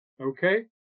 Okay